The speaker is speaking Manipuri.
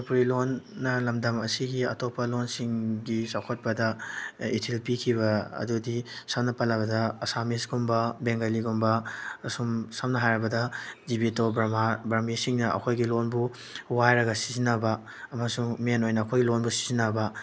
ꯃꯅꯤꯄꯨꯔꯤ ꯂꯣꯟꯅ ꯂꯝꯗꯝ ꯑꯁꯤꯒꯤ ꯑꯇꯣꯞꯄ ꯂꯣꯟꯁꯤꯡꯒꯤ ꯆꯥꯎꯈꯠꯄꯗ ꯏꯊꯤꯜ ꯄꯤꯈꯤꯕ ꯑꯗꯨꯗꯤ ꯁꯝꯅ ꯄꯜꯂꯕꯗ ꯑꯁꯥꯝꯃꯤꯁꯀꯨꯝꯕ ꯕꯦꯡꯒꯂꯤꯒꯨꯝꯕ ꯑꯁꯨꯝ ꯁꯝꯅ ꯍꯥꯏꯔꯕꯗ ꯖꯤꯕꯦꯇꯣ ꯚ꯭ꯔꯝꯍꯥ ꯚ꯭ꯔꯃꯤꯁꯁꯤꯡꯅ ꯑꯩꯈꯣꯏꯒꯤ ꯂꯣꯟꯕꯨ ꯋꯥꯏꯔꯒ ꯁꯤꯖꯤꯟꯅꯕ ꯑꯃꯁꯨꯡ ꯃꯦꯟ ꯑꯣꯏꯅ ꯑꯩꯈꯣꯏ ꯂꯣꯟꯕꯨ ꯁꯤꯖꯤꯟꯅꯕ